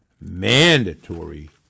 mandatory